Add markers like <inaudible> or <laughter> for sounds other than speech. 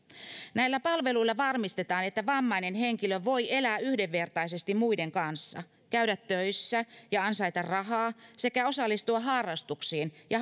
näillä palveluilla varmistetaan että vammainen henkilö voi elää yhdenvertaisesti muiden kanssa käydä töissä ja ansaita rahaa sekä osallistua harrastuksiin ja <unintelligible>